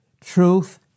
truth